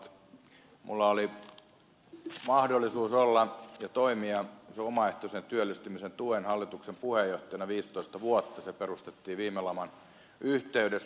minulla oli mahdollisuus olla ja toimia omaehtoisen työllistymisen tuen hallituksen puheenjohtajana viisitoista vuotta se perustettiin viime laman yhteydessä